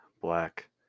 black